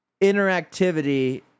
interactivity